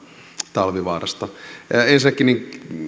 talvivaarasta ensinnäkin